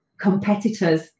competitors